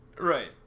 Right